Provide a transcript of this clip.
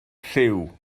lliw